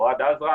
שמו אוהד עזרן.